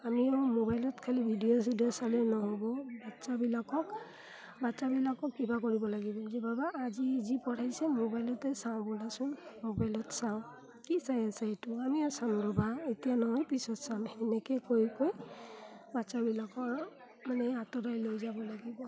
আমিও মোবাইলত খালি ভিডিঅ' চিডিঅ' চালে নহ'ব বাচ্ছাবিলাকক বাচ্ছাবিলাকো কিবা কৰিব লাগিব যে বাবা আজি যি পঢ়াইছে মোবাইলতে চাওঁ ব'লাচোন মোবাইলত চাওঁ কি চাই আছা এইটো আমিও চাম ৰ'বা এতিয়া নহয় পিছত চাম সেনেকৈ কৈ কৈ বাচ্ছাবিলাকৰ মানে আঁতৰাই লৈ যাব লাগিব